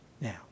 Now